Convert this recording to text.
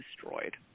destroyed